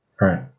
Right